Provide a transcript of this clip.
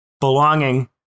belonging